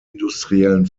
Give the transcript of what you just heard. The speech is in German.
industriellen